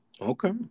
Okay